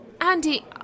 Andy-